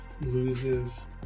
loses